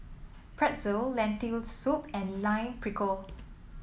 Pretzel Lentil Soup and Lime Pickle